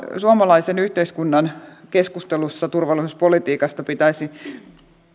suomalaisen yhteiskunnan keskustelussa turvallisuuspolitiikasta pitäisi